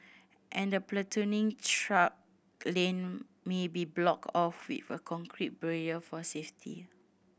and the platooning truck lane may be blocked off with a concrete barrier for safety